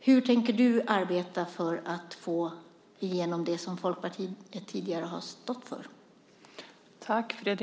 Hur tänker du arbeta för att få igenom det som Folkpartiet tidigare har stått för?